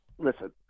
Listen